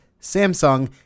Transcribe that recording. Samsung